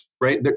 right